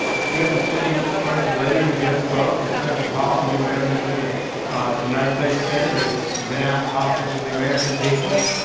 it's good to see senator lee, who just spoke, and senator paul, new members to the united states senate, who have been out talking to the american people,